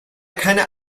keine